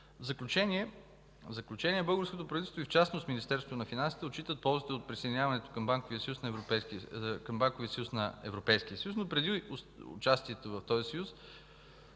В заключение – българското правителство, и в частност Министерството на финансите, отчитат ползите от присъединяването към Банковия съюз на Европейския съюз, но преди участието в този Съюз